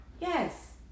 Yes